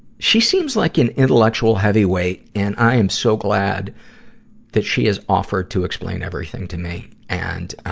she seems like an intellectual heavyweight, and i am so glad that she has offered to explain everything to me, and, um,